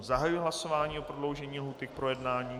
Zahajuji hlasování o prodloužení lhůty k projednání.